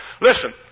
Listen